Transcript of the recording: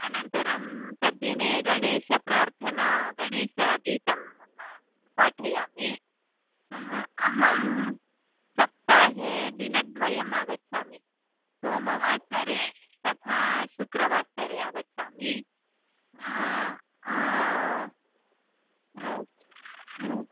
अनन्तरं तद्दिने गणेशप्रार्थना गणेशगीतं पाठयामि अहं सप्ताहे दिनद्वयम् आगच्छामि सोमवासरे तथा शुक्रवासरे आगच्छामि